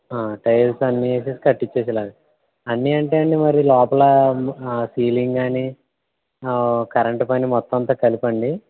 tiles అన్నివేసేసి కట్టిచ్చేసేలాగ అన్నీ అంటే అండి మరి లోపలా సీలింగ్ కాని కరెంట్ పని మొత్తం అంతా కలిపా అండి